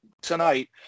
tonight